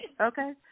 Okay